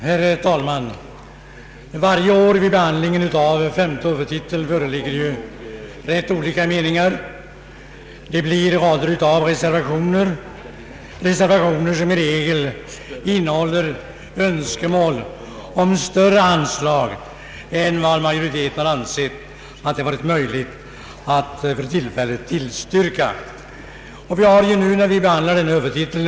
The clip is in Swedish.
Herr talman! Varje år när femte huvudtiteln behandlas föreligger rätt olika meningar, och det finns rader av reservationer, som i regel innehåller önskemål om större anslag än vad utskottsmajoriteten har ansett det vara möjligt att för tillfället tillstyrka. Vi har också nu en rad sådana reservationer.